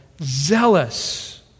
zealous